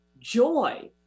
joy